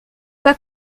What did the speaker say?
pas